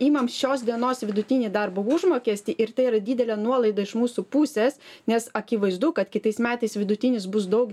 imame šios dienos vidutinį darbo užmokestį ir tai yra didelė nuolaida iš mūsų pusės nes akivaizdu kad kitais metais vidutinis bus daug